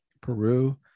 Peru